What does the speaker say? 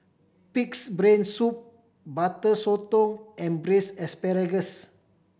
Pig's Brain Soup Butter Sotong and Braised Asparagus